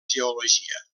geologia